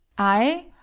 i?